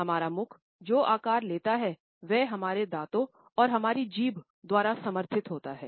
हमारा मुख जो आकार लेता है वह हमारे दाँतों और हमारी जीभ द्वारा समर्थित होता है